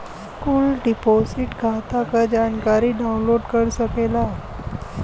कुल डिपोसिट खाता क जानकारी डाउनलोड कर सकेला